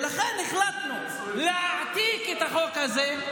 ולכן החלטנו להעתיק את החוק הזה,